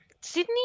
Sydney